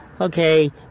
okay